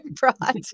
brought